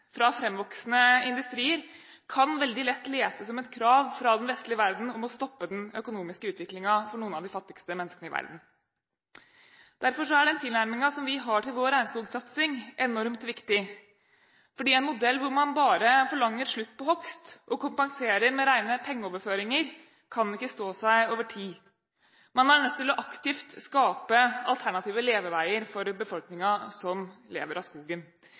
fra fremvoksende industrier kan veldig lett leses som et krav fra den vestlige verden om å stoppe den økonomiske utviklingen for noen av de fattigste menneskene i verden. Den tilnærmingen vi har til vår regnskogsatsing, er enormt viktig fordi en modell hvor man bare forlanger slutt på hogst og kompenserer med rene pengeoverføringer, ikke kan stå seg over tid. Man er nødt aktivt å skape alternative leveveier for befolkningen som lever av skogen.